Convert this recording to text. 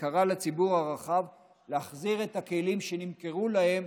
וקראה לציבור הרחב להחזיר את הכלים שנמכרו להם,